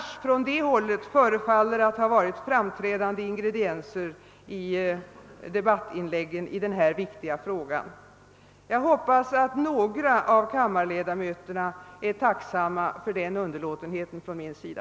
Sådana utfall förefaller ha varit framträdande ingredienser i debattinläggen från det hållet i denna viktiga fråga. Jag hoppas att några av kammarledamöterna är tacksamma för den underlåtenheten från min sida.